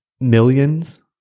millions